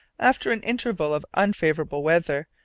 after an interval of unfavourable weather,